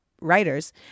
writers